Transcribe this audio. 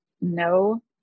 no